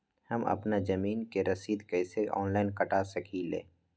हम अपना जमीन के रसीद कईसे ऑनलाइन कटा सकिले?